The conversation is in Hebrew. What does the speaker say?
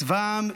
צבא העם.